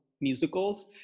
musicals